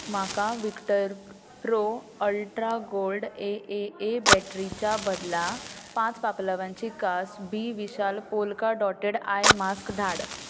म्हाका Victor pro ultra gold A A A बॅटरीच्या बदला पांच पापलवांची कास बी विशाल पोल्का डॉटेड आय मास्क धाड